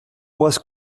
was